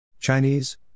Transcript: Chinese